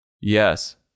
Yes